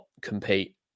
compete